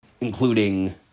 including